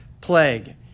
plague